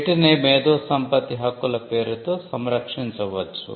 వీటినే మేధోసంపత్తి హక్కుల పేరుతో సంరక్షించవచ్చు